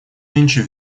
нынче